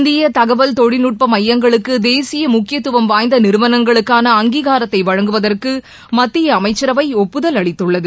இந்திய தகவல் தொழில்நுட்ப மையங்களுக்கு தேசிய முக்கியத்துவம் வாய்ந்த நிறுவனங்களுக்கான அங்கீகாரத்தை வழங்குவதற்கு மத்திய அமைச்சரவை ஒப்புதல் அளித்துள்ளது